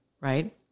right